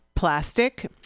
Plastic